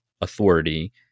authority